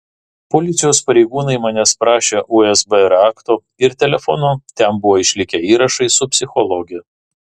policijos pareigūnai manęs prašė usb rakto ir telefono ten buvo išlikę įrašai su psichologe